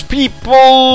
people